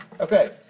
Okay